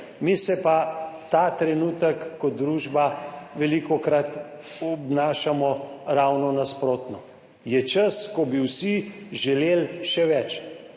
Mi se pa ta trenutek kot družba velikokrat obnašamo ravno nasprotno. Je čas, ko bi vsi želeli še več: